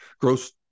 gross